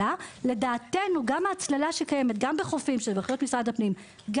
לדעתנו גם הצללה שקיימת גם בחופים וגם